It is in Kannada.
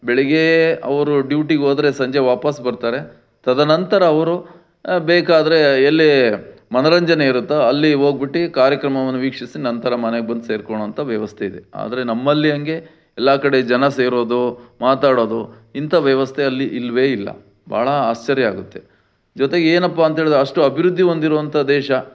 ಬೆಳಿಗ್ಗೆ ಅವರು ಡ್ಯೂಟಿಗೆ ಹೋದ್ರೆ ಸಂಜೆ ವಾಪಸ್ ಬರ್ತಾರೆ ತದನಂತರ ಅವರು ಬೇಕಾದರೆ ಎಲ್ಲಿ ಮನರಂಜನೆ ಇರುತ್ತೋ ಅಲ್ಲಿ ಹೋಗ್ಬಿಟ್ಟಿ ಕಾರ್ಯಕ್ರಮವನ್ನು ವೀಕ್ಷಿಸಿ ನಂತರ ಮನೆಗೆ ಬಂದು ಸೇರ್ಕೊಳ್ಳೋ ಅಂತ ವ್ಯವಸ್ಥೆಯಿದೆ ಆದರೆ ನಮ್ಮಲ್ಲಿ ಹಾಗೆ ಎಲ್ಲ ಕಡೆ ಜನ ಸೇರೋದು ಮಾತಾಡೋದು ಇಂಥ ವ್ಯವಸ್ಥೆ ಅಲ್ಲಿ ಇಲ್ಲವೇ ಇಲ್ಲ ಭಾಳ ಆಶ್ಚರ್ಯ ಆಗುತ್ತೆ ಜೊತೆಗೆ ಏನಪ್ಪ ಅಂತೇಳದ್ರೆ ಅಷ್ಟು ಅಭಿವೃದ್ಧಿ ಹೊಂದಿರುವಂಥ ದೇಶ